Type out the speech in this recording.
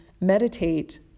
meditate